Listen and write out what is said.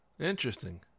Interesting